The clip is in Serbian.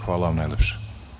Hvala vam najlepše.